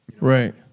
Right